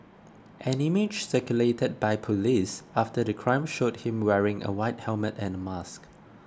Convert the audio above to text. an image circulated by police after the crime showed him wearing a white helmet and a mask